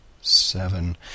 seven